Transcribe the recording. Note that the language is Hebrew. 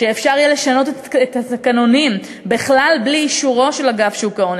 שיהיה אפשר לשנות את התקנונים בכלל בלי אישורו של אגף שוק ההון,